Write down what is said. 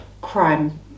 crime